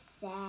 sad